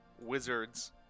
wizards